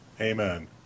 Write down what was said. Amen